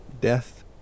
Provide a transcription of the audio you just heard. Death